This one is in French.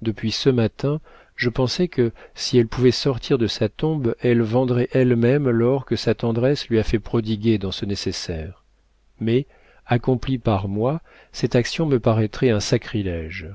depuis ce matin je pensais que si elle pouvait sortir de sa tombe elle vendrait elle-même l'or que sa tendresse lui a fait prodiguer dans ce nécessaire mais accomplie par moi cette action me paraîtrait un sacrilége